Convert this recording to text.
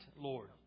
Lord